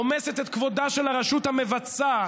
רומסת את כבודה של הרשות המבצעת,